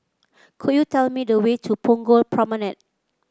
could you tell me the way to Punggol Promenade